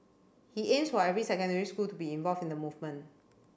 he aims for every secondary school to be involved in the movement